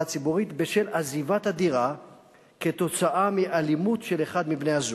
הציבורית בשל עזיבת הדירה כתוצאה מאלימות של אחד מבני-הזוג,